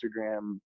Instagram